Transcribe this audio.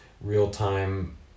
real-time